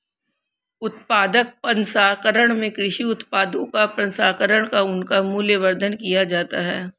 उत्पाद प्रसंस्करण में कृषि उत्पादों का प्रसंस्करण कर उनका मूल्यवर्धन किया जाता है